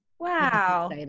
Wow